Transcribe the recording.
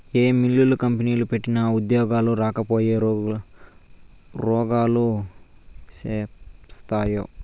ఏ మిల్లులు, కంపెనీలు పెట్టినా ఉద్యోగాలు రాకపాయె, రోగాలు శాస్తాయే